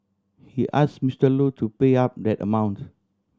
he ask Mister Lu to pay up that amount